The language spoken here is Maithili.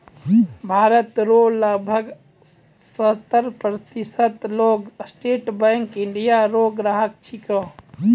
भारत रो लगभग सत्तर प्रतिशत लोग स्टेट बैंक ऑफ इंडिया रो ग्राहक छिकै